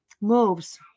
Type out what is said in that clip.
moves